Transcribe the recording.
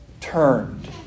turned